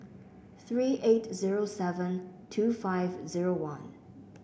three eight zero seven two five zero one